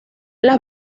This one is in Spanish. las